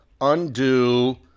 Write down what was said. undo